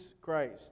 Christ